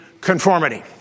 conformity